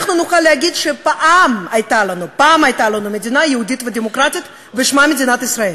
נוכל לומר שפעם הייתה לנו מדינה יהודית ודמוקרטית ושמה מדינת ישראל.